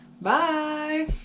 Bye